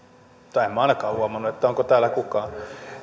tai en minä ainakaan ole huomannut että olisi kukaan